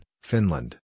Finland